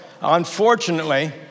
unfortunately